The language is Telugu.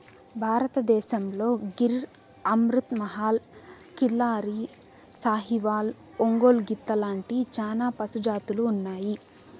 భారతదేశంలో గిర్, అమృత్ మహల్, కిల్లారి, సాహివాల్, ఒంగోలు గిత్త లాంటి చానా పశు జాతులు ఉన్నాయి